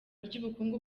ry’ubukungu